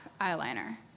eyeliner